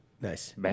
Nice